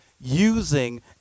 using